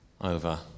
over